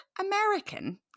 American